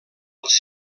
els